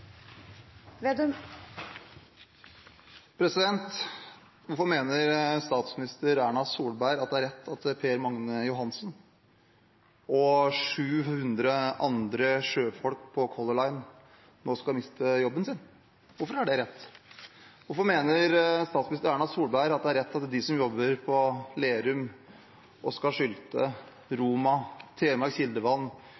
Hvorfor mener statsminister Erna Solberg at det er rett at Per Magne Johansen og 700 andre sjøfolk på Color Line nå skal miste jobben sin? Hvorfor er det rett? Hvorfor mener statsminister Erna Solberg at det er rett at de som jobber hos Lerum, Oskar Sylte, Roma, Telemark Kildevann, Ringnes og